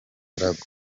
umugaragu